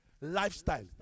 lifestyle